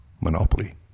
Monopoly